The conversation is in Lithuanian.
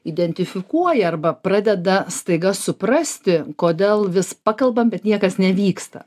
identifikuoja arba pradeda staiga suprasti kodėl vis pakalbam bet niekas nevyksta